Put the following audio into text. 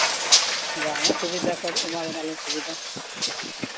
ᱵᱟᱝ ᱮᱢᱟ ᱵᱮᱱᱟᱞᱤᱧ ᱮᱢᱟ ᱵᱤᱱᱟᱞᱤᱧ ᱥᱩᱵᱤᱫᱷᱟ